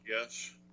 yes